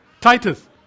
Titus